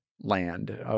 land